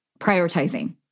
prioritizing